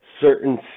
certain